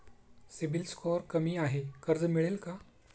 CIBIL score कमी आहे कर्ज मिळेल का?